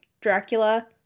Dracula